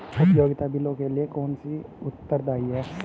उपयोगिता बिलों के लिए कौन उत्तरदायी है?